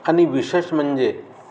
आणि विशेष म्हणजे